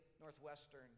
Northwestern